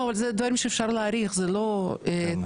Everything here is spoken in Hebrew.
לא, אלה דברים שאפשר להעריך, זה לא תיאורטית.